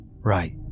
Right